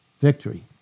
Victory